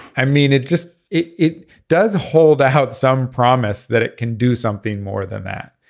i mean it just it it does hold out some promise that it can do something more than that.